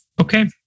Okay